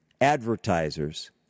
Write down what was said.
advertisers